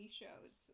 shows